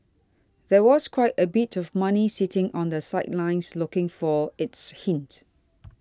there was quite a bit of money sitting on the sidelines looking for it's hint